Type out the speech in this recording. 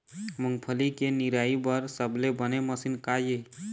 मूंगफली के निराई बर सबले बने मशीन का ये?